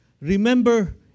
Remember